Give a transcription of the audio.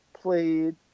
played